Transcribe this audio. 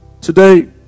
Today